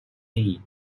lee